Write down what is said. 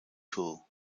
too